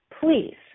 Please